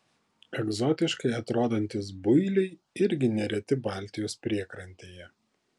egzotiškai atrodantys builiai irgi nereti baltijos priekrantėje